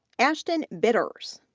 ashton bitters,